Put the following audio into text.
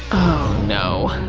no,